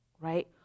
right